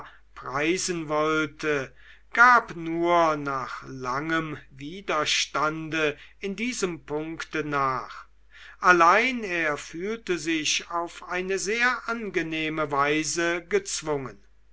preisen wollte gab nur nach langem widerstande in diesem punkte nach allein er fühlte sich auf eine sehr angenehme weise gezwungen